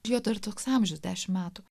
ir jo dar toks amžius dešim metų